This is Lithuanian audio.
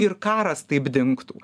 ir karas taip dingtų